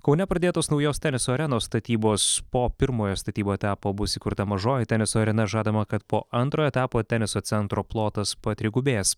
kaune pradėtos naujos teniso arenos statybos po pirmojo statybų etapo bus įkurta mažoji teniso arena žadama kad po antrojo etapo teniso centro plotas patrigubės